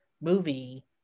movie